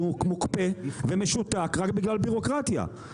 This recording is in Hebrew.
שהוא מוקפא ומשותק בגלל בירוקרטיה,